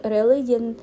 Religion